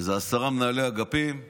עשרה מנהלי אגפים;